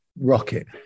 rocket